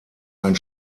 ein